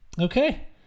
Okay